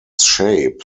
shape